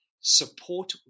support